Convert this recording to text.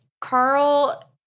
Carl